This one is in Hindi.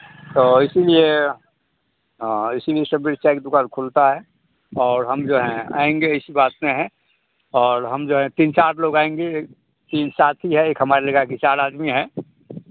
तो इसीलिए इसीलिए सुबह चाय की दुकान खुलता है और हम जो है आएंगे इसी पास में हैं और हम जो हैं तीन चार लोग आएंगे तीन साथी हैं एक हमारे लगा के चार आदमी हैं